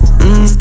Mmm